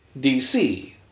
DC